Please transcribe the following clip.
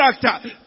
character